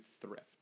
thrift